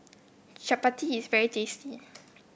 Chapati is very tasty